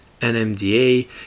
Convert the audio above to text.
NMDA